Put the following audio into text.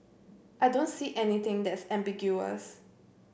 I don't see anything that's ambiguous